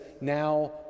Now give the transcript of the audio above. now